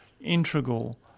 integral